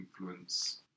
influence